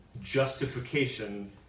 justification